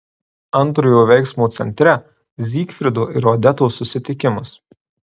antrojo veiksmo centre zygfrido ir odetos susitikimas